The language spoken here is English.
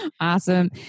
awesome